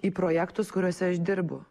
į projektus kuriuose aš dirbu